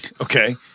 Okay